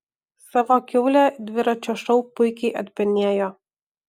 savo kiaulę dviračio šou puikiai atpenėjo